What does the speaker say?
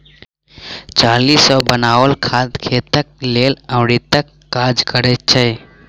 चाली सॅ बनाओल खाद खेतक लेल अमृतक काज करैत छै